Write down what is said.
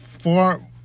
four